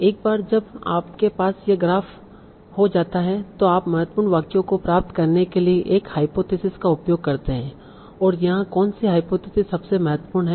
एक बार जब आपके पास यह ग्राफ हो जाता है तो आप महत्वपूर्ण वाक्यों को प्राप्त करने के लिए एक हाइपोथिसिस का उपयोग करते हैं और यहाँ कौन सी हाइपोथिसिस सबसे महत्वपूर्ण है